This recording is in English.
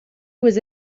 was